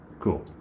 Cool